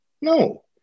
No